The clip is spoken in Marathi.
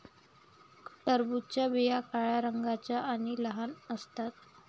टरबूजाच्या बिया काळ्या रंगाच्या आणि लहान असतात